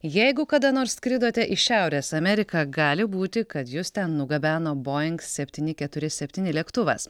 jeigu kada nors skridote į šiaurės ameriką gali būti kad jus ten nugabeno boing septyni keturi septyni lėktuvas